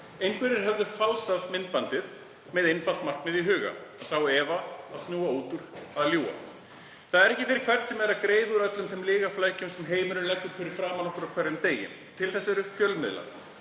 Einhverjir höfðu falsað myndbandið með einfalt markmið í huga, að sá efa, að snúa út úr, að ljúga. Það er ekki fyrir hvern sem er að greiða úr öllum þeim lygaflækjum sem heimurinn leggur fyrir okkur á hverjum degi. Til þess eru fjölmiðlar